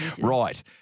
Right